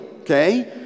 okay